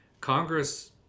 Congress